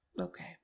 Okay